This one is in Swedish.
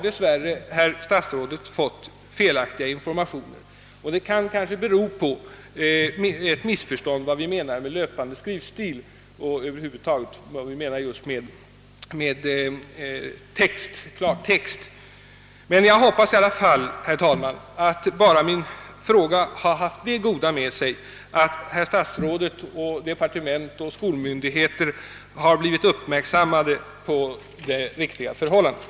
Dess värre har statsrådet fått felaktiga informationer, vilket kanske kan bero på ett missförstånd rörande vad vi menar med »löpande skrivstil» och över huvud taget med »klartext». Jag hoppas i alla fall, herr talman, att min fråga har haft det goda med sig att den har gjort herr statsrådet liksom departement och skolmyndigheter uppmärksamma på det riktiga förhållandet.